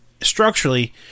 structurally